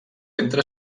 entre